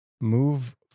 move